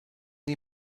die